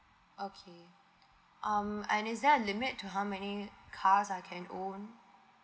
okay um and is there a limit to how many cars I can own